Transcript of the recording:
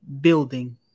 building